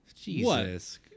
Jesus